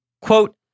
quote